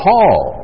Paul